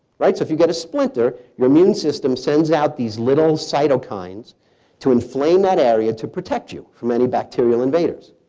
right. so if you get a splinter, your immune system sends out these little cytokines to inflame that area to protect you from any bacterial invaders.